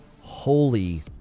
holy